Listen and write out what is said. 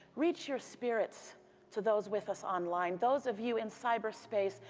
reach your spirits to those with us online. those of you in cyber space,